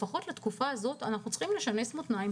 לפחות לתקופה הזאת אנחנו צריכים לשנס מותניים,